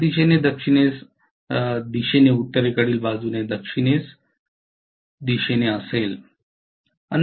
दुसर्या दिशेने दक्षिणेस दिशेने उत्तरेकडील बाजूने दक्षिणेस दिशेने असेल